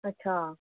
अच्छाऽ